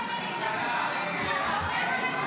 (קורא בשמות חברי הכנסת)